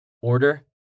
order